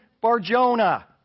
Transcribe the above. Barjona